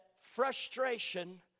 frustration